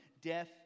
death